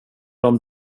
dem